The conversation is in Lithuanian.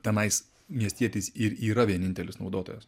tenais miestietis ir yra vienintelis naudotojas